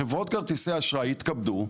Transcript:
חברות כרטיסי אשראי יתכבדו,